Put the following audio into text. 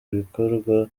ibikorwa